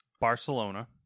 Barcelona